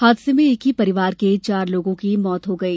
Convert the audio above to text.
हादसे में एक ही परिवार के चार की मौत हो गई